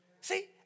see